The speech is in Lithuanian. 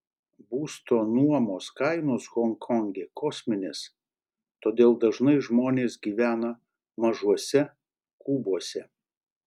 būsto nuomos kainos honkonge kosminės todėl dažnai žmonės gyvena mažuose kubuose